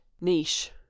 niche